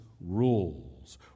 rules